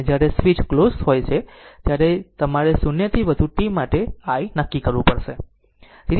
અને જ્યારે switch close હોય ત્યારે તમારે 0 થી વધુ t માટે i નક્કી કરવું પડશે